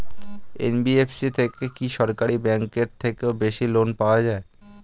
NBFC থেকে কি সরকারি ব্যাংক এর থেকেও বেশি লোন পাওয়া যায়?